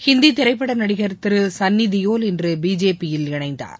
ஹிந்தி திரைப்பட நடிகர் திரு சன்னிதியோல் இன்று பிஜேபியில் இணைந்தார்